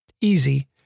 easy